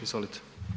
Izvolite.